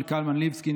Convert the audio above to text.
כבוד שרת הפנים,